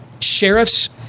sheriffs